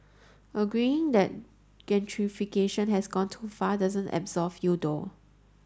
agreeing that gentrification has gone too far doesn't absolve you though